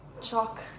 Chalk